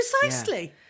precisely